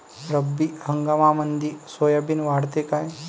रब्बी हंगामामंदी सोयाबीन वाढते काय?